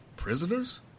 Prisoners